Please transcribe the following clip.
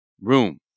room